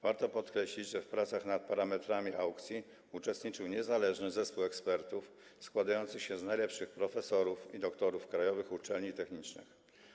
Warto podkreślić, że w pracach nad parametrami aukcji uczestniczył niezależny zespół ekspertów składający się z najlepszych profesorów i doktorów krajowych uczelni technicznych.